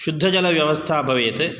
शुद्धजलव्यवस्था भवेत्